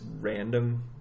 random